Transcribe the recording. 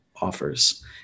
offers